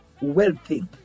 wealthy